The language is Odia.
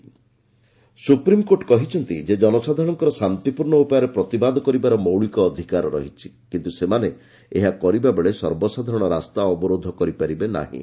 ଏସସି ସାହିନବାଗ ସୁପ୍ରିମ୍କୋର୍ଟ କହିଛନ୍ତି ଯେ ଜନସାଧାରଣଙ୍କର ଶାନ୍ତିପୂର୍ଣ୍ଣ ଉପାୟରେ ପ୍ରତିବାଦ କରିବାର ମୌଳିକ ଅଧିକାର ରହିଛି କିନ୍ତୁ ସେମାନେ ଏହା କରିବା ବେଳେ ସର୍ବସାଧାରଣ ରାସ୍ତା ଅବରୋଧ କରିପାରିବେ ନାହିଁ